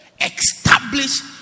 establish